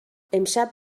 امشب